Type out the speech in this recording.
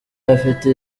afite